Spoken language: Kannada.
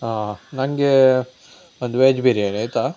ಹಾಂ ನನಗೆ ಒಂದು ವೆಜ್ ಬಿರಿಯಾನಿ ಆಯಿತಾ